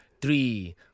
three